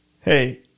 Hey